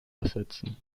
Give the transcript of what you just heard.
ersetzen